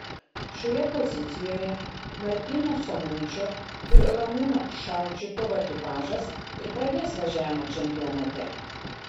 šioje pozicijoje martyno samuičio ir ramūno šaučikovo ekipažas ir pradės važiavimą čempionate